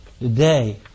Today